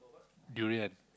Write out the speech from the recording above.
durian